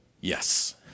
yes